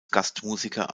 gastmusiker